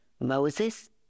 Moses